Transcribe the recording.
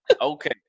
Okay